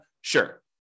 Sure